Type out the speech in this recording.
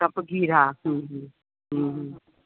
कप गिहु हा हम्म हम्म हम्म हम्म